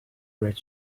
red